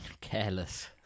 careless